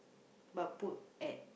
but put at